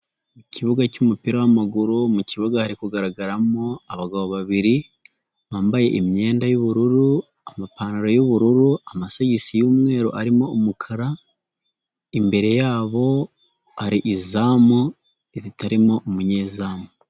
Mu kibuga cy'umupira w'amaguru, mu kibuga hari kugaragaramo abagabo babiri, bambaye imyenda y'ubururu amapantaro y'ubururu, amasogisi y'umweru, arimo umukara, imbere yabo hari izamu ritarimo umunyezamu.